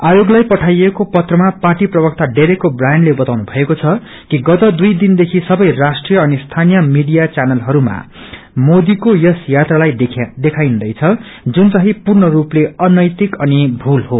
आयोगलाई पठाईएको पत्रमा पार्टी प्रवक्ता डेरेक ओ ब्रायनले बताउनु भएको छ कि गत दुइ दिनदेखि सबै राष्ट्रिय अनि स्थानीय मीडिया टेलिभिजनहरूमा मोदीको यस यात्रालाई देखाइदैछ जुनचाहि पूर्ण रूपले अनैतिक अनि भूल हो